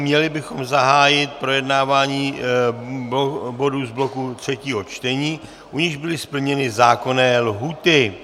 Měli bychom zahájit projednávání bodů z bloku třetího čtení, u nichž byly splněny zákonné lhůty.